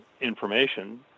information